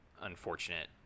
unfortunate